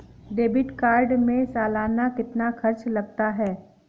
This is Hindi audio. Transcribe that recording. डेबिट कार्ड में सालाना कितना खर्च लगता है?